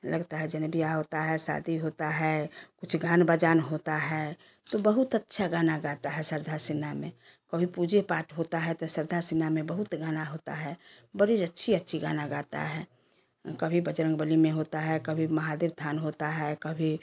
लगता है जन ब्याह होता है शादी होता है कुछ गान बजान होता है तो बहुत अच्छा गाना गाता है सरधा सिन्हा में कहु पूजे पाठ होता है तो सरधा सिन्हा में बहुत गाना होता है बड़ी अच्छी अच्छी गाना गाता है कभी बजरंग बली में होता है कभी महादेव थान होता है कभी